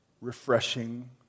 refreshing